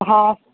हा